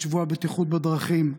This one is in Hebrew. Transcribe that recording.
את שבוע הבטיחות בדרכים,